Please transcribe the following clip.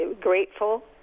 grateful